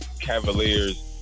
Cavaliers